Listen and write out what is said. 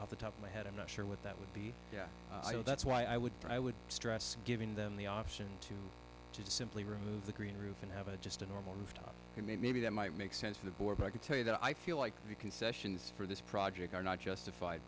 at the top of my head i'm not sure what that would be so that's why i would i would stress giving them the option to simply remove the green roof and have it just a normal moved and maybe that might make sense to the board but i can tell you that i feel like the concessions for this project are not justified